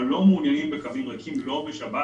אבל אנחנו לא מעוניינים בקווים ריקים לא בשבת